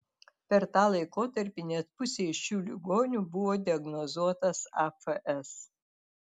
per tą laikotarpį net pusei šių ligonių buvo diagnozuotas afs